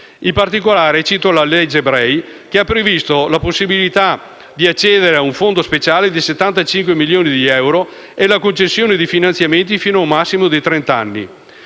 In particolare, cito la legge Bray, che ha previsto la possibilità di accedere a un fondo speciale di 75 milioni di euro e la concessione di finanziamenti fino ad un massimo di trent'anni.